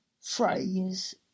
phrase